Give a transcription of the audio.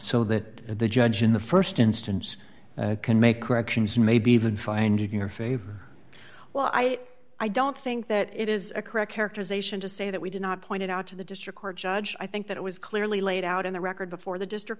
so that the judge in the st instance can make corrections maybe even finding your favor well i i don't think that it is a correct characterization to say that we did not point it out to the district court judge i think that it was clearly laid out in the record before the district